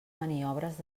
maniobres